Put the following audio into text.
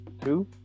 Two